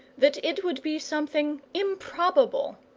that it would be something improbable,